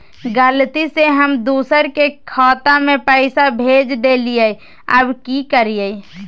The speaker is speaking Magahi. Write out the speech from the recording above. गलती से हम दुसर के खाता में पैसा भेज देलियेई, अब की करियई?